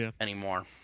anymore